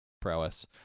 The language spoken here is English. prowess